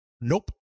Nope